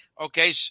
okay